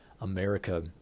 America